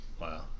Wow